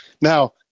now